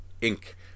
ink